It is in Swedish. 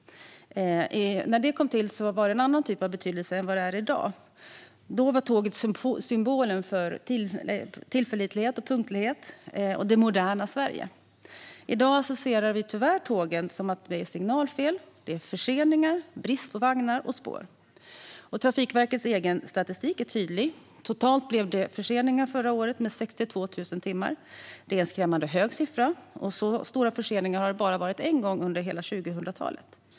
När det kom till hade det en annan betydelse än vad det har i dag. Då var tåget symbolen för tillförlitlighet, punktlighet och det moderna Sverige. I dag associerar vi tyvärr tåget med signalfel, förseningar och brist på vagnar och spår. Trafikverkets egen statistik är tydlig: Totalt blev det förseningar förra året med 62 000 timmar. Det är en skrämmande hög siffra. Så stora förseningar har det bara varit en gång under hela 2000-talet.